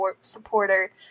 supporter